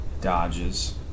dodges